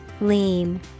Lean